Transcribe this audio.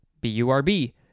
B-U-R-B